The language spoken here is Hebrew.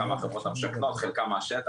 חלקם מהשטח,